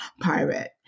pirate